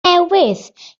newydd